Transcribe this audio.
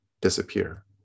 disappear